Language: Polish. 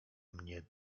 mnie